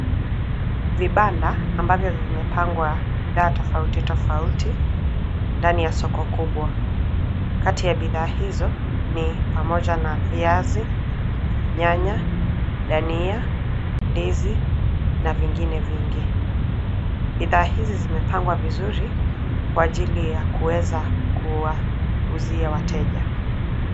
Vibanda ambavyo vimepangwa bidhaa tofauti tofauti ndani ya soko kubwa. Kati ya bidhaa hizo ni pamoja na viazi, nyanya, dhania, ndizi na vingine vingi. Bidhaa hizi zimepangwa vizuri Kwa ajili ya kuweza kuwauzia wateja.